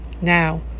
now